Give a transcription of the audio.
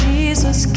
Jesus